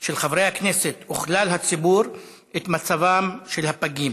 של חברי הכנסת וכלל הציבור את מצבם של הפגים,